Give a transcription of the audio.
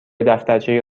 دفترچه